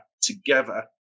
together